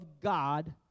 God